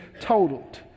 totaled